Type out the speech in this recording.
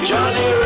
Johnny